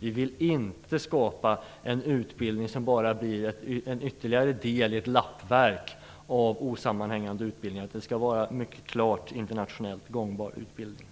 Vi vill inte skapa en utbildning som bara blir en ytterligare del i ett lappverk av osammanhängande utbildningar. Det skall vara en mycket klart internationell gångbar utbildning.